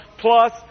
plus